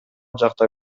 жакта